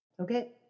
Okay